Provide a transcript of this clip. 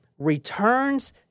Returns